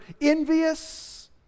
envious